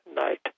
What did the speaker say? night